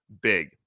big